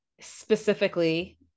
specifically